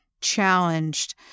challenged